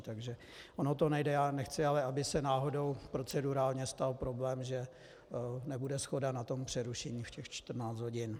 Takže ono o to nejde, já nechci ale, aby se náhodou procedurálně stal problém, že nebude shoda na tom přerušení v těch 14 hodin.